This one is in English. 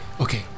Okay